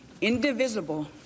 indivisible